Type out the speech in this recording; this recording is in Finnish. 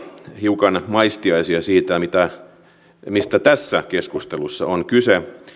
hiukan maistiaisia siitä mistä tässä keskustelussa on kyse